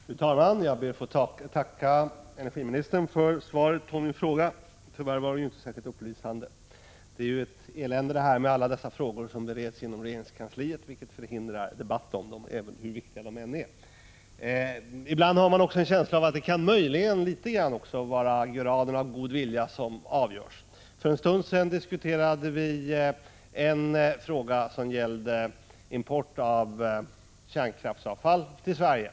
Fru talman! Jag ber att få tacka energiministern för svaret på min fråga. Tyvärr var det inte särskilt upplysande. Det är ju ett elände med alla dessa frågor som bereds inom regeringskans | liet vilket förhindrar debatt om dem, hur viktiga de än är. Ibland har man en känsla av att graden av god vilja litet grand är det som avgör. För en stund sedan diskuterade vi en fråga som gällde import av kärnkraftsavfall till Sverige.